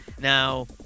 Now